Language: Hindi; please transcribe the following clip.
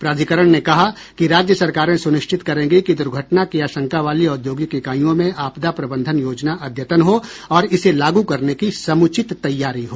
प्राधिकरण ने कहा कि राज्य सरकारें सुनिश्चित करेंगी कि दुर्घटना की आंशका वाली औद्योगिक इकाइयों में आपदा प्रबंधन योजना अद्यतन हो और इसे लागू करने की समुचित तैयारी हो